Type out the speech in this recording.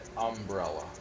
umbrella